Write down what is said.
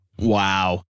wow